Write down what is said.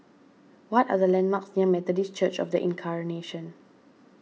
what are the landmarks near Methodist Church of the Incarnation